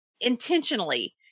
intentionally